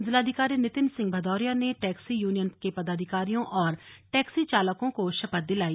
जिलाधिकारी नितिन सिंह भदौरिया ने taxi union के पदाधिकारियों और टैक्सी चालकों को शपथ दिलाई